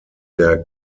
der